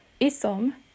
isom